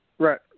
Right